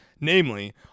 Namely